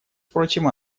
впрочем